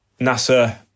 NASA